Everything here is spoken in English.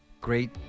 Great